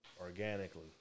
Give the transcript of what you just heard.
organically